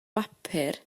bapur